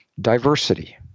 diversity